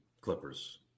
Clippers